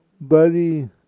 Buddy